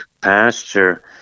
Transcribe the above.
pasture